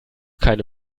keine